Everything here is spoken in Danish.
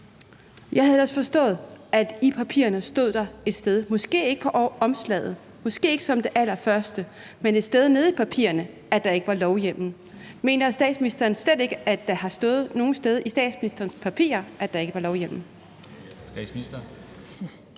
Jeg havde ellers forstået, at der stod et sted i papirerne, måske ikke på opslaget og måske ikke som det allerførste, men et sted nede i papirerne, at der ikke var lovhjemmel. Mener statsministeren slet ikke, at der noget sted i statsministerens papirer har stået, at der ikke var lovhjemmel?